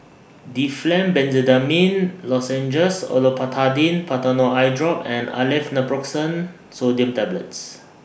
Difflam Benzydamine Lozenges Olopatadine Patanol Eyedrop and Aleve Naproxen Sodium Tablets